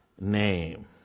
name